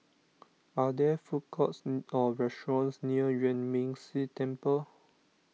are there food courts or restaurants near Yuan Ming Si Temple